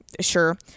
sure